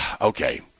Okay